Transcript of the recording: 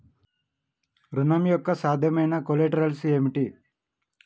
ఋణం యొక్క సాధ్యమైన కొలేటరల్స్ ఏమిటి?